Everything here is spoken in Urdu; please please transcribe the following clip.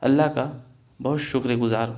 اللہ کا بہت شکر گزار ہوں